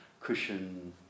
cushion